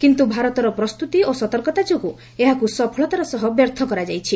କିନ୍ତୁ ଭାରତର ପ୍ରସ୍ତୁତି ଓ ସତର୍କତା ଯୋଗୁଁ ଏହାକୁ ସଫଳତାର ସହ ବ୍ୟର୍ଥ କରାଯାଇଛି